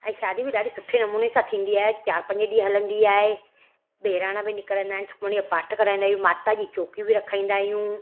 ऐं शादी बि ॾाढी सुठे नमूने सां थींदी आहे चारि पंज ॾींहं हलंदी आहे बहिराणा बि निकिरंदा आहिनि सुखमनी यो पाठ कराईंदा आहियूं माता जी चौकियूं बि रखाईंदा आहियूं